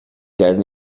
that